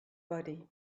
body